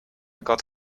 got